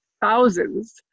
thousands